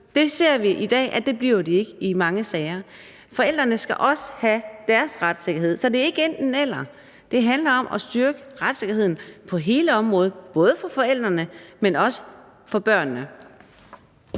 det ser vi i dag at de ikke bliver i mange sager. Forældrene skal også have deres retssikkerhed. Så det er ikke enten-eller; det handler om at styrke retssikkerheden på hele området, både for forældrene, men også for børnene.